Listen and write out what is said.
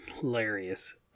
hilarious